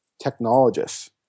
Technologists